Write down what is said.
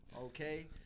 Okay